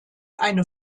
eine